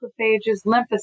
lymphocytes